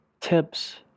tips